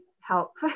help